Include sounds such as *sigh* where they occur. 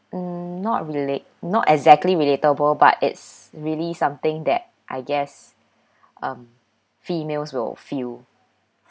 um not relate not exactly relatable but it's really something that I guess *breath* um females will feel